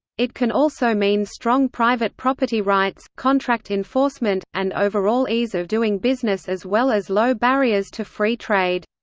it can also mean strong private property rights, contract enforcement, and overall ease of doing business as well as low barriers to free trade.